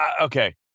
Okay